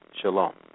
Shalom